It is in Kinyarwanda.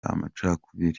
amacakubiri